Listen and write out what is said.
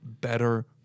better